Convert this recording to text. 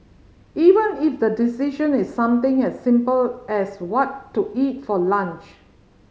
even if the decision is something as simple as what to eat for lunch